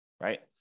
right